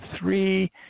three